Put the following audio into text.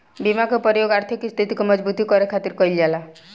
बीमा के प्रयोग आर्थिक स्थिति के मजबूती करे खातिर कईल जाला